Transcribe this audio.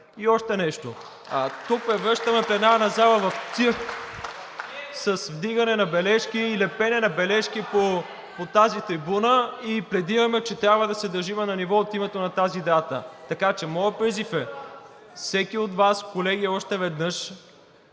И още нещо. Превръщаме пленарната зала в цирк с вдигане на бележки и лепене на бележки по тази трибуна, пледирам, че трябва да се държим на ниво от името на тази дата. Така че моят призив е всеки от Вас, колеги, още веднъж